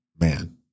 man